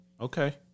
Okay